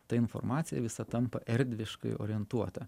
ta informacija visa tampa erdviškai orientuota